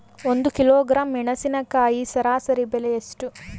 ಒಂದು ಕಿಲೋಗ್ರಾಂ ಮೆಣಸಿನಕಾಯಿ ಸರಾಸರಿ ಬೆಲೆ ಎಷ್ಟು?